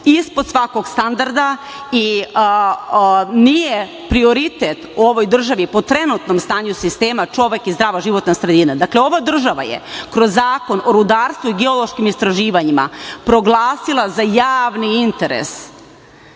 ispod svakog standarda i nije prioritet ovoj državi, po trenutnom stanju sistema, čovek i zdrava životna sredina. Dakle, ova država je kroz Zakon o rudarstvu i geološkim istraživanjima proglasila za javni interes